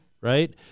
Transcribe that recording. right